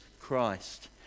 Christ